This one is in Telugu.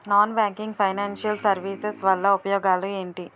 నాన్ బ్యాంకింగ్ ఫైనాన్షియల్ సర్వీసెస్ వల్ల ఉపయోగాలు ఎంటి?